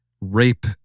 rape